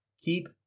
keep